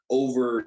over